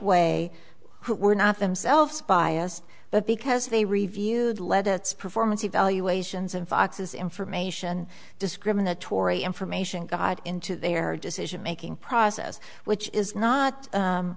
who were not themselves biased but because they reviewed legates performance evaluations and fox's information discriminatory information got into their decision making process which is not